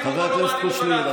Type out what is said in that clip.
חבר הכנסת קושניר,